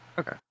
Okay